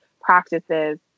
practices